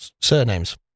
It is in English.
Surnames